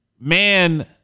man